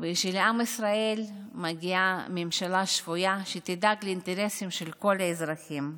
ושלעם ישראל מגיעה ממשלה שפויה שתדאג לאינטרסים של כל האזרחים.